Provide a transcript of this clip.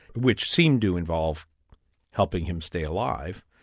which seemed to involve helping him stay alive,